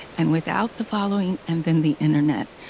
and without the following and then the internet,